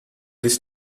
this